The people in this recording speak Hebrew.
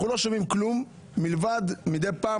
אנחנו לא שומעים כלום מלבד הדבר הזה שמדי פעם